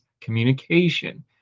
communication